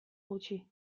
gutxi